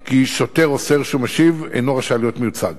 כי שוטר או סוהר שהוא משיב אינו רשאי להיות מיוצג.